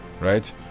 right